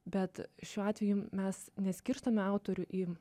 bet šiuo atveju mes neskirstome autorių į